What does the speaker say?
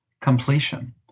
completion